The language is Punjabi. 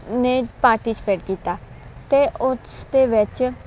ਨੇ ਪਾਰਟੀਸਪੇਟ ਕੀਤਾ ਅਤੇ ਉਸਦੇ ਵਿੱਚ